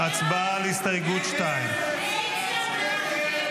חברי הכנסת בנימין גנץ, גדי איזנקוט,